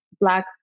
black